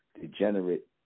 degenerate